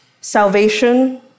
salvation